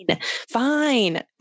Fine